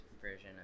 version